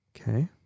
okay